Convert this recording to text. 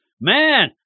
Man